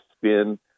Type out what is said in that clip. spin